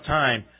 time